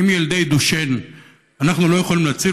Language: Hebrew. אם את ילדי דושן אנחנו לא יכולים להציל,